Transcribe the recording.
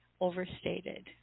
overstated